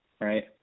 right